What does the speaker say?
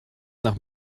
nach